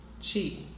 Cheat